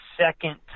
second